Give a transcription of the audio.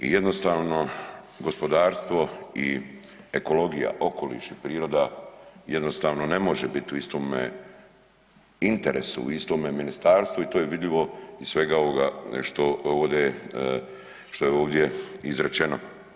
I jednostavno gospodarstvo i ekologija, okoliš i priroda jednostavno ne može bit u istome interesu, u istome ministarstvu i to je vidljivo iz svega ovoga što ovdje, što je ovdje izrečeno.